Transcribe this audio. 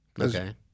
okay